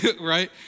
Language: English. right